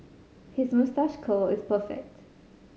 his moustache curl is perfect